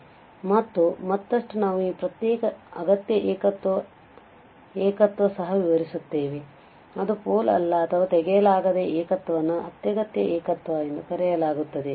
ಮತ್ತು ಮತ್ತಷ್ಟು ನಾವು ಈ ಪ್ರತ್ಯೇಕ ಅಗತ್ಯ ಏಕತ್ವ ಸಹ ವಿವರಿಸುತ್ತೇವೆ ಅದು ಪೋಲ್ ಅಲ್ಲ ಅಥವಾ ತೆಗೆಯಲಾಗದ ಏಕತ್ವ ವನ್ನು ಅತ್ಯಗತ್ಯ ಏಕತ್ವ ಎಂದು ಕರೆಯಲಾಗುತ್ತದೆ